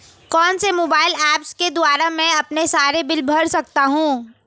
कौनसे mobile apps के द्वारा मैं अपने सारे बिल भर सकता हूं?